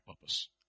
purpose